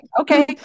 okay